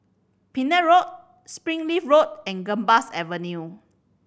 Pender Road Springleaf Road and Gambas Avenue